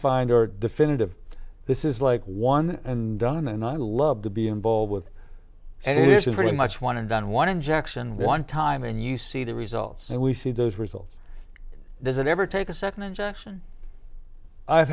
find are definitive this is like one and done and i love to be involved with it it is pretty much one and done one injection one time and you see the results and we see those results does it ever take a second injection i've